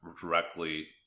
Directly